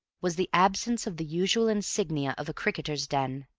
was the absence of the usual insignia of a cricketer's den.